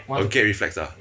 will gag reflex uh